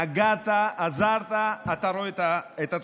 נגעת, עזרת, אתה רואה את התוצאות.